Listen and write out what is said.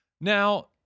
Now